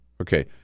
Okay